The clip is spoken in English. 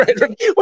right